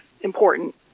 important